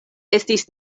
estis